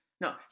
No